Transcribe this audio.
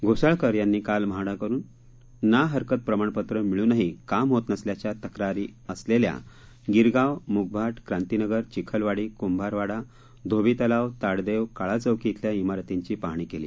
घोसाळकर यांनी काल म्हाडाकडून ना हरकत प्रमाणपत्र मिळूनही काम होत नसल्याच्या तक्रारी असलेल्या गिरगाव मुगभाट क्रांतीनगर चिखलवाडी कुंभारवाडा धोबीतलाव ताडदेव काळाचौकी विल्या विरतींची पाहणी केली